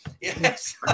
Yes